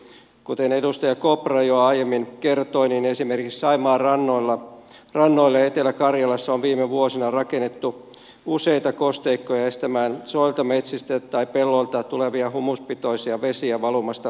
kuten edustaja kopra jo aiemmin kertoi niin esimerkiksi saimaan rannoille etelä karjalassa on viime vuosina rakennettu useita kosteikkoja estämään soilta metsistä tai pelloilta tulevia humuspitoisia vesiä valumasta arvokkaaseen vesistöön